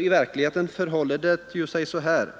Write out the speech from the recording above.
I verkligheten förhåller det sig så här: